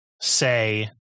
say